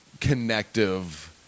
connective